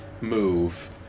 move